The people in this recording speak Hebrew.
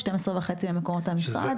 שתיים עשרה וחצי ממקורות המשרד.